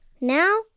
Now